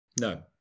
No